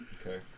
Okay